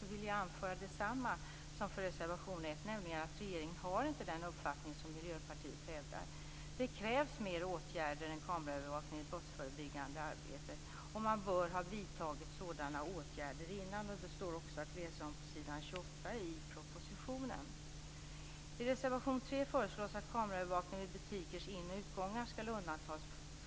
Där vill jag anföra detsamma som för reservation 1, nämligen att regeringen inte har den uppfattning som Miljöpartiet hävdar. Det krävs mer åtgärder än kameraövervakning i det brottsförebyggande arbetet. Man bör ha vidtagit sådana åtgärder innan kameraövervakningen startar. Det står också att läsa om på s. 28 i propositionen. I reservation 3 föreslås att kameraövervakning vid butikers in och utgångar skall undantas